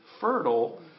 fertile